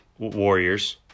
Warriors